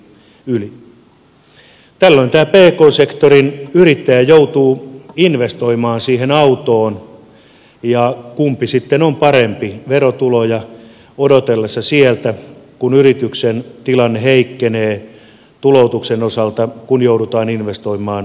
tällöin tämä pk sektorin yrittäjä joutuu investoimaan siihen autoon ja kumpi sitten on parempi verotuloja odotellessa sieltä kun yrityksen tilanne heikkenee tuloutuksen osalta kun joudutaan investoimaan uuteen kalustoon